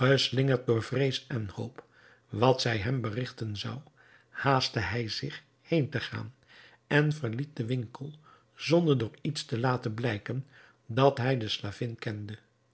vrees en hoop wat zij hem berigten zou haastte hij zich heen te gaan en verliet den winkel zonder door iets te laten blijken dat hij de slavin kende